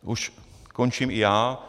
Už končím i já.